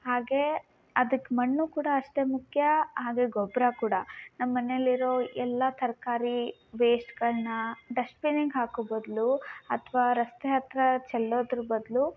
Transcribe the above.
ಹಾಗೇ ಅದಕ್ಕೆ ಮಣ್ಣು ಕೂಡ ಅಷ್ಟೇ ಮುಖ್ಯ ಹಾಗೆ ಗೊಬ್ಬರ ಕೂಡ ನಮ್ಮನೆಯಲ್ಲಿರೋ ಎಲ್ಲ ತರಕಾರಿ ವೇಶ್ಟ್ಗಳ್ನಾ ಡಸ್ಟ್ಬಿನಿಗೆ ಹಾಕೋ ಬದಲು ಅಥ್ವಾ ರಸ್ತೆ ಹತ್ರ ಚೆಲ್ಲೋದ್ರ ಬದಲು